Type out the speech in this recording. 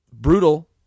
brutal